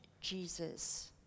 Jesus